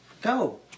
go